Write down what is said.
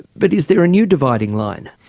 but is there a new dividing line?